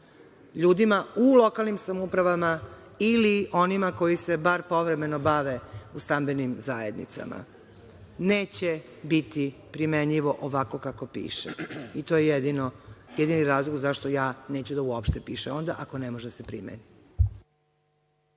LJudima u lokalnim samoupravama ili onima koji se bar povremeno bave u stambenim zajednicama, neće biti primenjivo ovako kako piše. To je jedini razlog zašto ja neću da uopšte onda piše, ako ne može da se primeni.